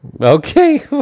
Okay